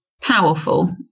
powerful